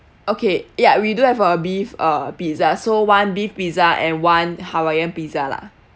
okay ya we do have a beef uh pizza so one beef pizza and one hawaiian pizza lah